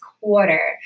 quarter